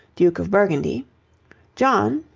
duke of burgundy john,